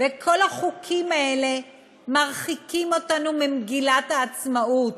וכל החוקים האלה מרחיקים אותנו ממגילת העצמאות,